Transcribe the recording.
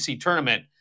tournament